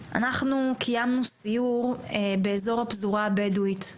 אנחנו קיימנו סיור באיזור הפזורה הבדואית.